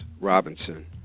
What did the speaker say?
Robinson